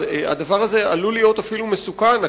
הדבר הזה עלול להיות אפילו מסוכן.